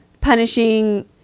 punishing